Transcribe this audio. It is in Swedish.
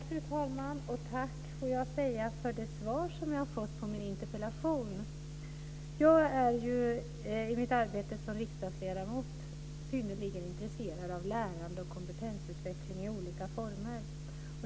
Fru talman! Tack för det svar som jag har fått på min interpellation. Jag är i mitt arbete som riksdagsledamot synnerligen intresserad av lärande och kompetensutveckling i olika former.